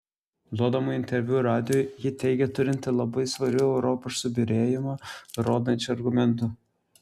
duodama interviu radijui ji teigė turinti labai svarių europos subyrėjimą rodančių argumentų